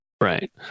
Right